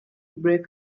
break